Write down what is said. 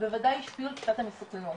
בוודאי השפיעו על תחושת המסוכנות.